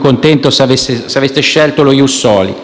contento se aveste scelto lo *ius soli*